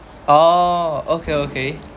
oh okay okay